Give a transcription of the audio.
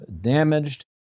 damaged